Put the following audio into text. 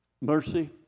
mercy